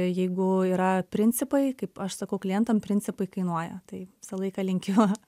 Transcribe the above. jeigu yra principai kaip aš sakau klientam principai kainuoja tai visą laiką linkiu